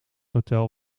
hotel